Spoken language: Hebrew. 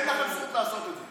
אין לכם זכות לעשות את זה.